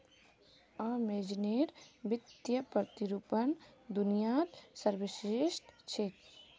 अमेज़नेर वित्तीय प्रतिरूपण दुनियात सर्वश्रेष्ठ छेक